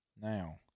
Now